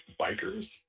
bikers